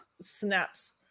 snaps